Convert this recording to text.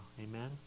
Amen